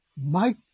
Mike